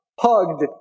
hugged